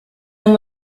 and